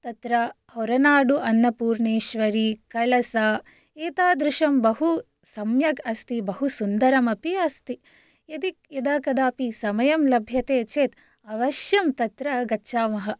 तत्र ओरनाडु अन्नपूर्णेश्वरी कलसा एतादृशं बहु सम्यक् अस्ति बहु सुन्दरमपि अस्ति यदि यदा कदापि समयं लभ्यते चेत् अवश्यं तत्र गच्छामः